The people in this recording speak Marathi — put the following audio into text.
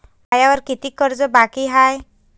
मायावर कितीक कर्ज बाकी हाय?